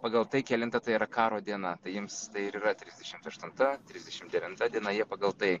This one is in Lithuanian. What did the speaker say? pagal tai kelinta tai yra karo diena tai jiems tai ir yra trisdešimt aštunta tirsdešimt devinta diena jie pagal tai